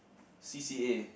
c_c_a